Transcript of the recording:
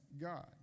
God